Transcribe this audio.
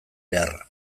beharra